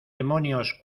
demonios